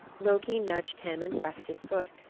loki nudged him and pressed his foot,